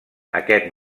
aquest